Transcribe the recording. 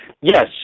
Yes